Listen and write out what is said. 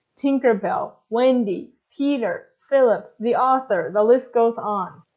tinkerbell, wendy, peter, phillip, the author, the list goes on.